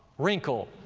wrinkle,